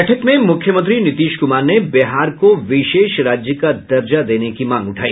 बैठक में मुख्यमंत्री नीतीश कुमार ने बिहार को विशेष राज्य का दर्जा देने की मांग उठाई